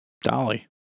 Dolly